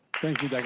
thank you.